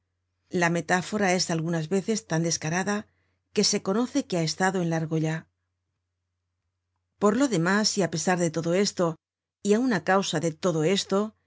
la metáfora es algunas veces tan descarada que se conoce que ha estado en la argolla por lo demás y á pesar de todo esto y aun á causa de todo esto